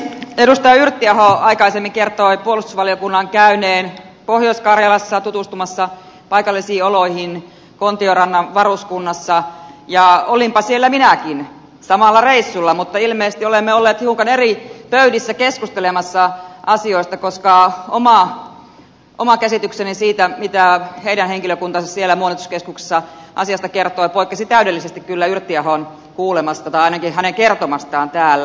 edustaja yrttiaho aikaisemmin kertoi puolustusvaliokunnan käyneen pohjois karjalassa tutustumassa paikallisiin oloihin kontiorannan varuskunnassa ja olinpa siellä minäkin samalla reissulla mutta ilmeisesti olemme olleet hiukan eri pöydissä keskustelemassa asioista koska oma käsitykseni siitä mitä heidän henkilökuntansa siellä muonituskeskuksessa asiasta kertoi poikkesi täydellisesti kyllä yrttiahon kuulemasta tai ainakin hänen kertomastaan täällä